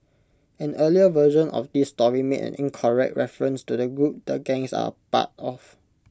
an earlier version of this story made an incorrect reference to the group the gangs are part of